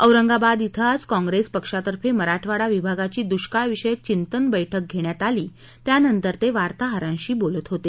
औरंगाबाद धिं आज काँप्रेस पक्षातर्फे मराठवाडा विभागाची दुष्काळविषयक चिंतन बैठक घेण्यात आली त्यानंतर ते वार्ताहरांशी बोलत होते